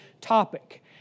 topic